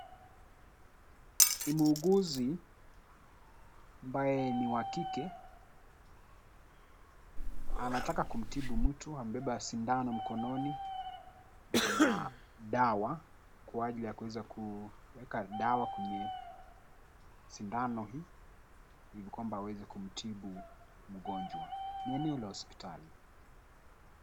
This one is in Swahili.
Ni muuguzi ambaye ni wa kike anataka kumtibu mtu amebeba sindano mkononi na dawa kwa ajili ya kuweza kuweka dawa kwenye sindano hii ilikwamba aweze kumtibu mgonjwa. Ni eneo la hospitali.